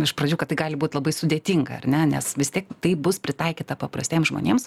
iš pradžių kad tai gali būt labai sudėtinga ar ne nes vis tiek tai bus pritaikyta paprastiems žmonėms